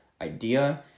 idea